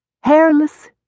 hairless